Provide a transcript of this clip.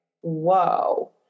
whoa